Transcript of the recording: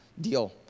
Deal